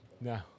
No